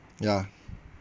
ya